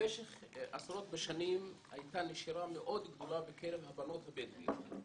במשך עשרות בשנים הייתה נשירה מאוד גדולה בקרב הבנות הבדואיות.